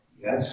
Yes